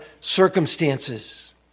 circumstances